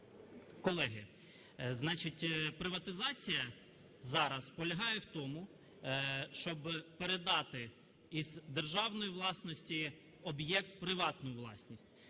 значить, приватизація зараз полягає в тому, щоб передати із державної власності об'єкт у приватну власність.